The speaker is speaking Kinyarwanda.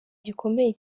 gikomeye